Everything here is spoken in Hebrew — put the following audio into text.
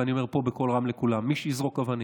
ואני פה בקול רם לכולם: מי שיזרוק אבנים,